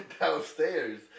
downstairs